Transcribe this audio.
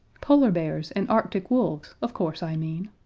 polar bears and arctic wolves, of course i mean,